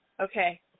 Okay